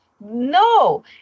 No